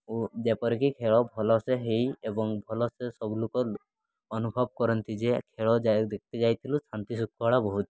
ଓ ଯେପରିକି ଖେଳ ଭଲସେ ହେଇ ଏବଂ ଭଲସେ ସବୁ ଲୋକ ଅନୁଭବ କରନ୍ତି ଯେ ଖେଳ ଯାଇ ଦେଖି ଯାଇଥିଲୁ ଶାନ୍ତି ଶୃଙ୍ଖଳା ବହୁତ